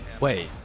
Wait